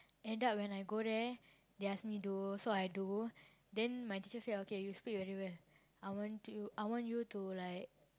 end up when I go there they ask me do so I do then my teacher say okay you speak very well I want to I want you to like